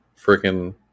freaking